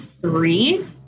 three